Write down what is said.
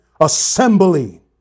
assembly